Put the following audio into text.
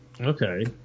Okay